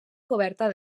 coberta